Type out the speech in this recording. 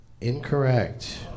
Incorrect